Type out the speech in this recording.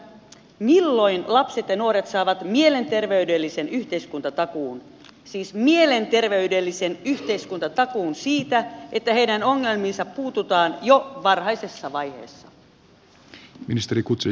milloin lapset ja nuoret saavat mielenterveydellisen yhteiskuntatakuun siis mielenterveydellisen yhteiskuntatakuun siitä että heidän ongelmiinsa puututaan jo varhaisessa vaiheessa